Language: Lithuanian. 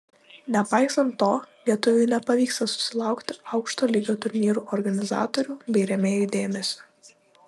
nepaisant to lietuviui nepavyksta susilaukti aukšto lygio turnyrų organizatorių bei rėmėjų dėmesio